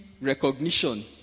recognition